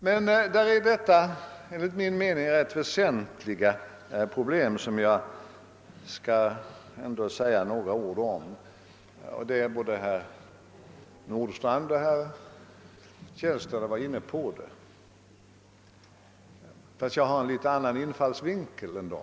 Mellanexamen är enligt min mening ett väsentligt problem i detta sammanhang — ett problem som både herr Nordstrandh och herr Källstad har varit inne på. Jag har en litet annan infallsvinkel än de.